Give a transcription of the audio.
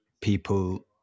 people